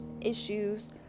issues